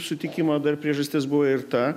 sutikimo dar priežastis buvo ir ta